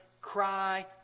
cry